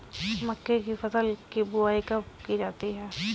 मक्के की फसल की बुआई कब की जाती है?